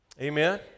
Amen